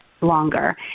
longer